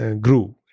grew